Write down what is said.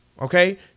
Okay